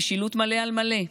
משילות מלא על מלא.